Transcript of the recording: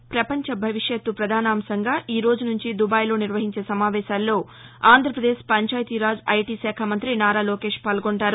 పపంచ భవిష్యత్తు పధానాంశంగా ఈరోజు నుంచి దుబాయ్లో నిర్వహించే సమావేశాల్లో ఆంధ్రప్రదేశ్ పంచాయతీరాజ్ ఐటీ శాఖ మంఁతి నారా లోకేశ్ పాల్గొంటారు